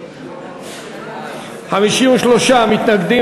קבוצת סיעת רע"ם-תע"ל-מד"ע